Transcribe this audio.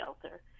shelter